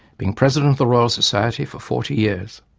being president of the royal society for forty years.